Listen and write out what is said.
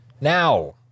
Now